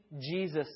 Jesus